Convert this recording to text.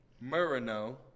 Merino